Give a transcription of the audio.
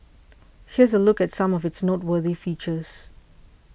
here's a look at some of its noteworthy features